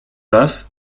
raz